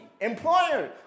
Employer